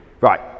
right